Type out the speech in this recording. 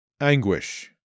anguish